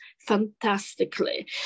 fantastically